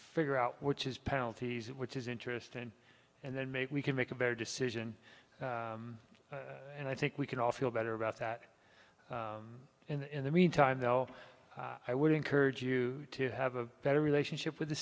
figure out which is penalties which is interesting and then maybe we can make a better decision and i think we can all feel better about that in the meantime though i would encourage you to have a better relationship with the